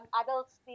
adults